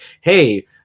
hey